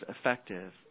effective